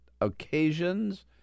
occasions